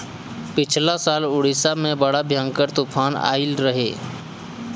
पिछला साल उड़ीसा में बड़ा भयंकर तूफान आईल रहे